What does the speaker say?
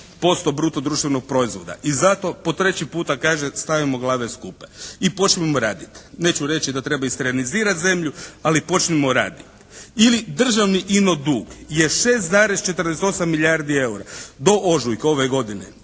88% bruto društvenog proizvoda. I zato po treću puta kažem stavimo glave skupa. I počnimo raditi. Neću reći da treba istiranizirati zemlju, ali počnimo raditi. Ili državni ino dug je 6,48 milijardi EUR-a do ožujka ove godine